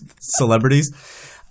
celebrities